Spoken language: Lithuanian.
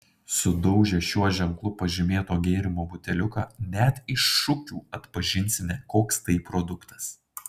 sudaužę šiuo ženklu pažymėto gėrimo buteliuką net iš šukių atpažinsime koks tai produktas